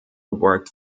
worked